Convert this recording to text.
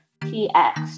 T-X